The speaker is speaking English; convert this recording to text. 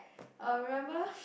err remember